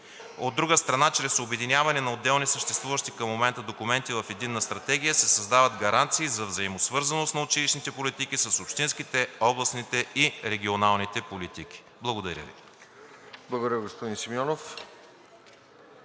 От друга страна, чрез обединяване на отделни съществуващи към момента документи в единна стратегия се създават гаранции за взаимосвързаност на училищните политики с общинските, областните и регионалните политики. Благодаря Ви.